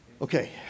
Okay